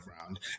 round